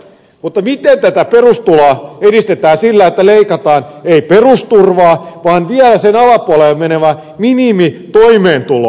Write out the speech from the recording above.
mutta miten tätä perustuloa edistetään sillä että leikataan ei perusturvaa vaan vielä sen alapuolelle menevää minimitoimeentuloa